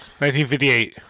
1958